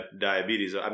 diabetes